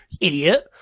idiot